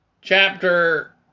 chapter